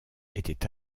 était